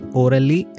orally